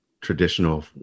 traditional